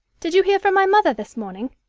did you hear from my mother this morning?